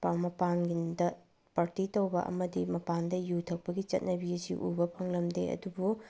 ꯃꯄꯥꯟꯂꯝꯗ party ꯇꯧꯕ ꯑꯃꯗꯤ ꯃꯄꯥꯟꯗ ꯌꯨ ꯊꯛꯄꯒꯤ ꯆꯠꯅꯕꯤ ꯑꯁꯤ ꯎꯕ ꯐꯪꯂꯝꯗꯦ ꯑꯗꯨꯕꯨ